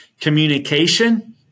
communication